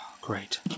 Great